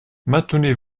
maintenez